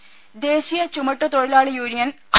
ദരദ ദേശീയ ചുമട്ടുതൊഴിലാളി യൂണിയൻ ഐ